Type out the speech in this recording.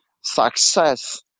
success